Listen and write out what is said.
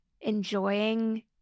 enjoying